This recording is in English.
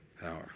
power